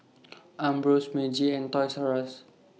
Ambros Meiji and Toys R US